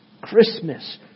Christmas